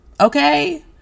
okay